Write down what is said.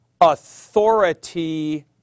authority